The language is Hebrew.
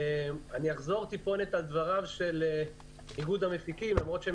אני אחזור מעט על דבריו של איגוד המפיקים למרות שהם